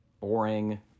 boring